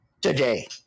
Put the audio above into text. Today